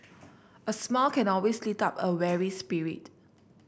a smile can always lift up a weary spirit